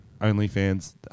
OnlyFans